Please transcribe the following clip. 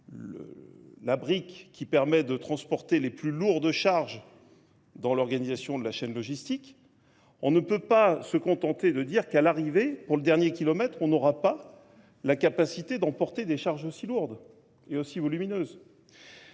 la brique qui permet de transporter les plus lourds de charges dans l'organisation de la chaîne logistique, on ne peut pas se contenter de dire qu'à l'arrivée, pour le dernier kilomètre, on n'aura pas la capacité d'emporter des charges aussi lourdes et aussi volumineuses.